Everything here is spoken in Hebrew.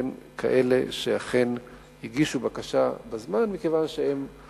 לבין אלה שאכן הגישו בקשה בזמן מכיוון שהדבר